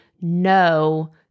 no